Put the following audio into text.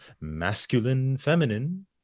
masculine-feminine